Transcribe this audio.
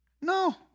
No